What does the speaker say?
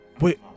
Wait